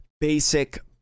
basic